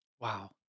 Wow